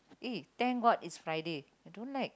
eh thank god is Friday I don't like